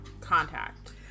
contact